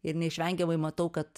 ir neišvengiamai matau kad